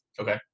Okay